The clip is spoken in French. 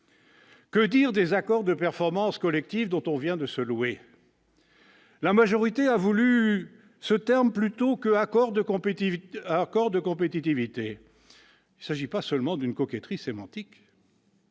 Que dire des accords de performance collective, dont on vient de se louer ? La majorité a voulu cette appellation plutôt que celle d'« accord de compétitivité ». Il ne s'agit pas seulement d'une coquetterie sémantique